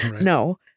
no